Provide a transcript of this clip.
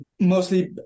Mostly